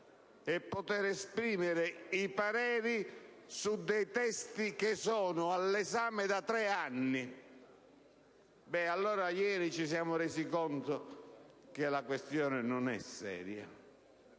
ed esprimere i pareri su dei testi che sono all'esame da tre anni. Ci siamo quindi resi conto che la questione non è seria.